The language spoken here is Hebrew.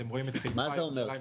אתם רואים את --- מה זה אומר?